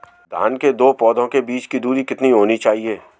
धान के दो पौधों के बीच की दूरी कितनी होनी चाहिए?